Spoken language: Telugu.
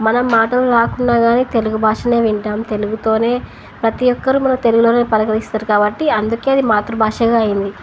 మనం మాటలు రాకున్నా కాని తెలుగు భాషనే వింటాం తెలుగుతోనే ప్రతి ఒక్కరూ మనం తెలుగులోనే పరిగలిస్తారు కాబట్టి అందుకే అది మాతృభాషగా అయింది